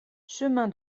chemin